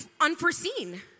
unforeseen